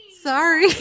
sorry